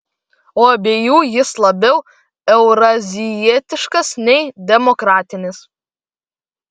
o abiejų jis labiau eurazijietiškas nei demokratinis